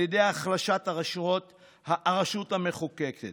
על ידי החלשות הרשות המחוקקת